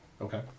Okay